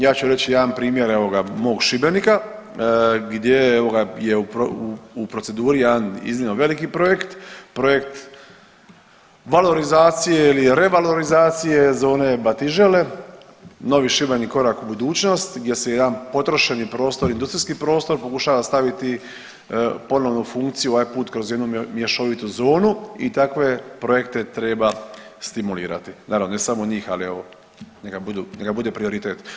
Ja ću reći jedan primjer evo ga mog Šibenika gdje evo ga je u proceduri jedan iznimno veliki projekt, projekt valorizacije ili revalorizacije Zone Batižele Novi Šibenik – Korak u budućnost gdje se jedan potrošeni prostor, industrijski prostor pokušava staviti ponovno u funkciju ovaj put kroz jednu mješovitu zonu i takve projekte treba stimulirati, naravno ne samo njih, ali evo neka budu, neka bude prioritet.